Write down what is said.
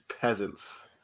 peasants